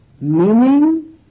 meaning